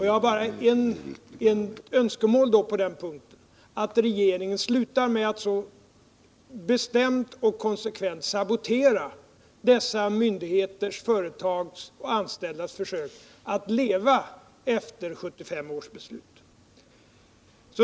Jag har då bara ett önskemål på den punkten, nämligen att regeringen slutar med att så bestämt och konsekvent sabotera dessa myndigheters, företags och anställdas försök att leva efter 1975 års beslut.